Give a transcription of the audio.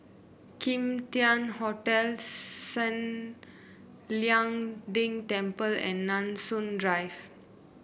Kim Tian Hotel San Lian Deng Temple and Nanson Drive